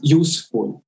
useful